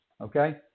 Okay